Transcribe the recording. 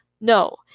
No